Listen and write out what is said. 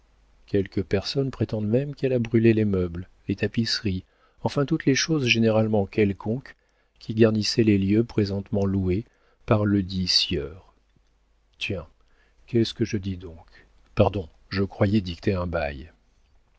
quelques personnes prétendent même qu'elle a brûlé les meubles les tapisseries enfin toutes les choses généralement quelconques qui garnissaient les lieux présentement loués par ledit sieur tiens qu'est-ce que je dis donc pardon je croyais dicter un bail